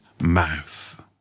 mouth